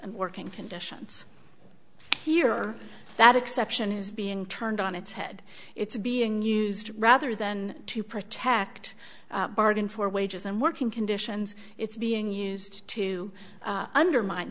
and working conditions here that exception is being turned on its head it's being used rather than to protect bargain for wages and working conditions it's being used to undermine